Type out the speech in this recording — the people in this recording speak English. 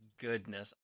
goodness